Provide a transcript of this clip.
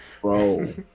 Bro